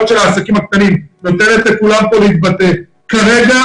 של העסקים הקטנים ונותנת לכולם להתבטא כאן.